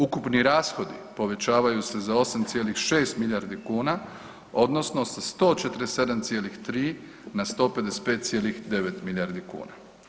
Ukupni rashodi povećavaju se za 8,6 milijardi kuna odnosno sa 147,3 na 155,9 milijardi kuna.